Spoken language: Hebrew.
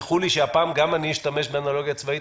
ותסלחו לי שהפעם גם אני אשתמש באנלוגיה צבאית,